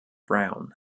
brown